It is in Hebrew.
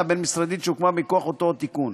הבין-משרדית שהוקמה מכוח אותו התיקון.